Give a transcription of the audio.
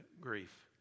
grief